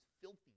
filthy